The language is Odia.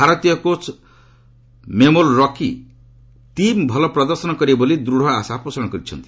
ଭାରତୀୟ କୋଚ୍ ମେମୋଲ୍ ରକି ଟିମ୍ ଭଲ ପ୍ରଦର୍ଶନ କରିବ ବୋଲି ଦୂଢ଼ ଆଶା ପୋଷଣ କରିଛନ୍ତି